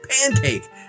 pancake